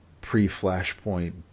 pre-Flashpoint